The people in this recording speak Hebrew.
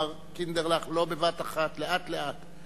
אמר: קינדרלך, לא בבת אחת, לאט לאט.